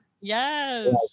Yes